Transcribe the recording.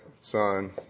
Son